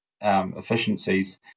efficiencies